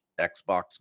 xbox